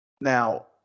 Now